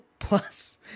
plus